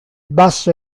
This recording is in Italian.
basso